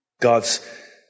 God's